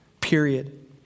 period